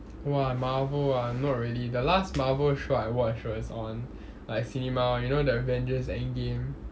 !wah! Marvel ah not really the last Marvel show I watched was on like cinema you know avengers endgame